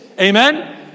Amen